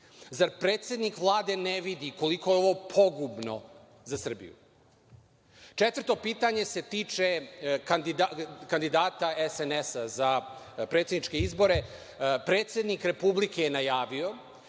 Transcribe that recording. Zar predsednik Vlade ne vidi koliko je ovo pogubno za Srbiju? Četvrto pitanje se tiče kandidata SNS za predsedničke izbore. Predsednik Republike je najavio